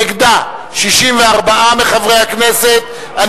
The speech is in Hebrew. נגדה 64 מחברי הכנסת.